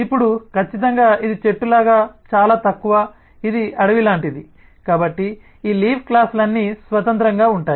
ఇప్పుడు ఖచ్చితంగా ఇది చెట్టు లాగా చాలా తక్కువ ఇది అడవి లాంటిది కాబట్టి ఈ ఆకు క్లాస్ లన్నీ స్వతంత్రంగా ఉంటాయి